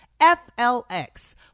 FLX